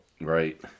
Right